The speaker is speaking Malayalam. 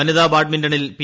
വനിതാ ബാഡ്മിന്റണിൽ പി